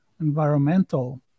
environmental